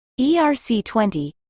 ERC20